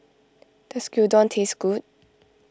does Gyudon taste good